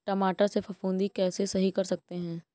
टमाटर से फफूंदी कैसे सही कर सकते हैं?